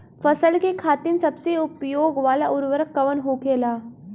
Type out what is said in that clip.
फसल के खातिन सबसे उपयोग वाला उर्वरक कवन होखेला?